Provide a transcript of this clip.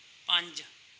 ਪੰਜ